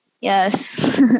yes